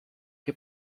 che